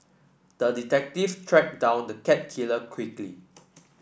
the detective tracked down the cat killer quickly